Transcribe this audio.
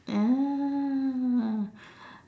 ah